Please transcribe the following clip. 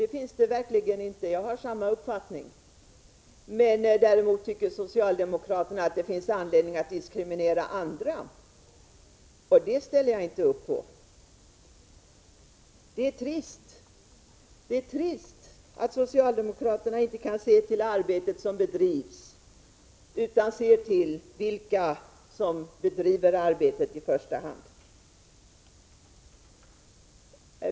Det finns det verkligen inte. Jag har samma uppfattning. Men däremot tycker socialdemokraterna att det finns anledning att diskriminera andra, och det ställer jag inte upp på. Det är trist att socialdemokraterna inte kan se till arbetet som bedrivs, utan i första hand ser till vilka som bedriver arbetet.